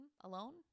alone